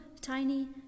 tiny